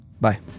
Bye